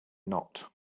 not